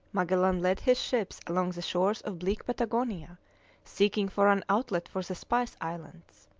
magellan led his ships along the shores of bleak patagonia seeking for an outlet for the spice islands.